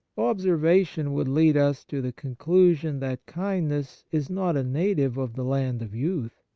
observation would lead us to the conclusion that kindness is not a native of the land of youth.